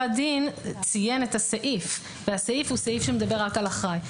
הדין ציין את הסעיף והסעיף הוא סעיף שמדבר רק על אחראי.